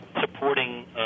supporting